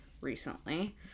recently